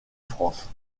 france